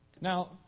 Now